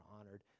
honored